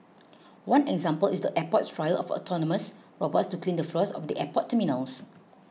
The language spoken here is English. one example is the airport's trial of autonomous robots to clean the floors of the airport terminals